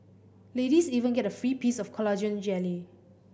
ladies even get a free piece of collagen jelly